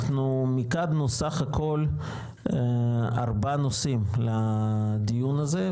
אנחנו מיקדנו בסך הכל ארבעה נושאים לדיון הזה,